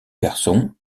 garçons